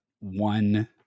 one